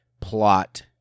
plot